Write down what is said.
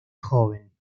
joven